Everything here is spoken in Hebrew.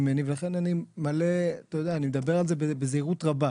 ממני ולכן אני מדבר על זה בזהירות רבה.